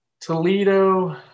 Toledo